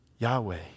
Yahweh